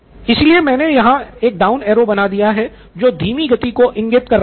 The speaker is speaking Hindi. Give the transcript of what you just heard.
इसलिए मैंने यहाँ एक डाउन एरो बना दिया है जो की धीमी गति को इंगित कर रहा है